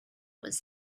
was